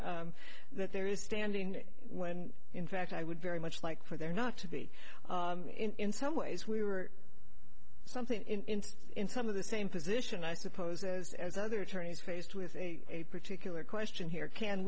that there is standing when in fact i would very much like for there not to be in some ways we were something in in some of the same position i suppose as other attorneys faced with a particular question here can